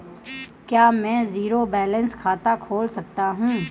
क्या मैं zero balance खाता खोल सकता हूँ?